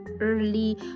Early